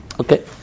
Okay